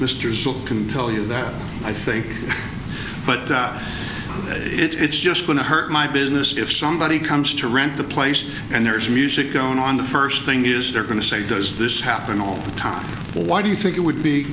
zale can tell you that i think but it's just going to hurt my business if somebody comes to rent the place and there's music going on the first thing is they're going to say does this happen all the time or why do you think it would be